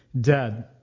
dead